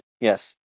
Yes